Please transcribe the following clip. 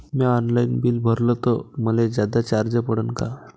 म्या online bill भरलं तर मले जादा चार्ज पडन का?